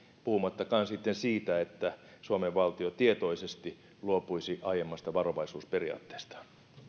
puhumattakaan sitten siitä että suomen valtio tietoisesti luopuisi aiemmasta varovaisuusperiaatteestaan